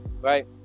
Right